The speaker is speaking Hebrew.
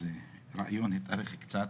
אז הראיון התארך קצת.